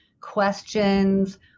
questions